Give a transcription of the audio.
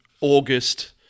August